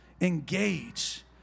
Engage